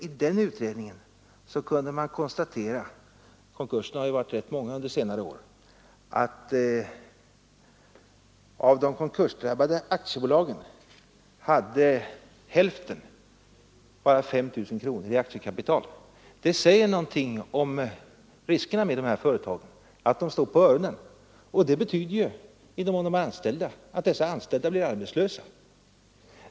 I den utredningen kunde man konstatera — konkurserna har ju varit rätt många under senare år — att av de konkursdrabbade aktiebolagen hade hälften bara 5 000 kronor i aktiekapital. Det säger någonting om riskerna med dessa företag — de kan lätt stå på öronen. Det betyder, i den mån de har anställda, att dessa blir arbetslösa.